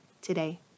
today